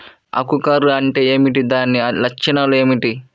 ఆకు కర్ల్ అంటే ఏమిటి? దాని లక్షణాలు ఏమిటి?